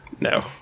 No